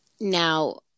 Now